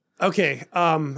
Okay